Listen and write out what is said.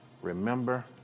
Remember